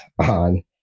on